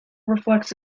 reflects